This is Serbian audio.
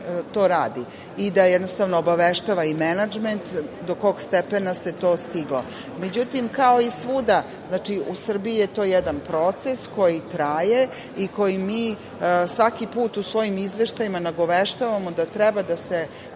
radi i da obaveštava i menadžment do kog stepena se to stiglo.Međutim, kao i svuda, u Srbiji je to jedan proces, koji traje i koji mi svaki put u svojim izveštajima nagoveštavamo da treba da se